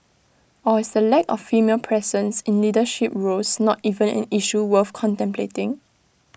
or is the lack of female presence in leadership roles not even an issue worth contemplating